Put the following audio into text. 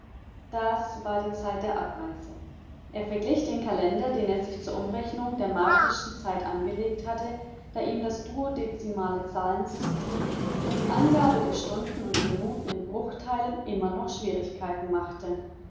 das war die zeit der abreise er verglich den kalender den er sich zur umrechnung der martischen zeit angelegt hatte da ihm das duodezimale zahlensystem und die angabe der stunden und minuten in bruchteilen immer noch schwierigkeiten machte